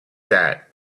that